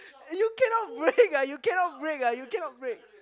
you cannot brake ah you cannot brake ah you cannot brake